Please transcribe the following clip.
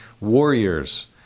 warriors